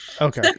Okay